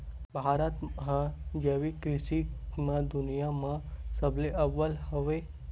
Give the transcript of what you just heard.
भारत हा जैविक कृषि मा दुनिया मा सबले अव्वल हवे